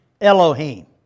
Elohim